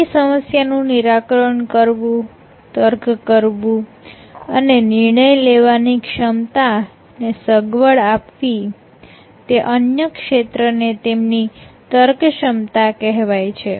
તેમની સમસ્યાનું નિરાકરણ કરવું તર્ક કરવું અને નિર્ણય લેવાની ક્ષમતા ને સગવડ આપવી તે અન્ય ક્ષેત્ર ને તેમની તર્ક ક્ષમતા કહેવાય છે